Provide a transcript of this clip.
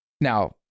now